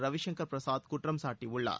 ரவிசங்கர் பிரசாத் குற்றம் சாட்டியுள்ளார்